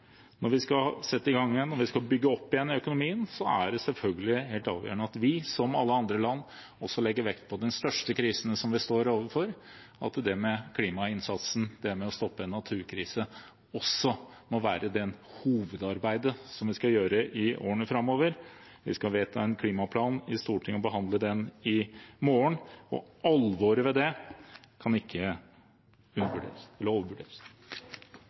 Når vi skal sette i gang og bygge opp igjen økonomien, er det selvfølgelig helt avgjørende at vi som alle andre land også legger vekt på den største krisen som vi står overfor – at klimainnsatsen og å stoppe naturkriser må være det hovedarbeidet vi skal gjøre i årene framover. Vi skal behandle og vedta en klimaplan i Stortinget i morgen, og alvoret i det kan ikke